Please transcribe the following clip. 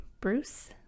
Bruce